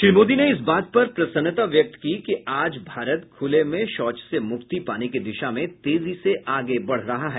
श्री मोदी ने इस बात पर प्रसन्नता व्यक्त की कि आज भारत खुले में शौच से मुक्ति पाने की दिशा में तेजी से आगे बढ़ रहा है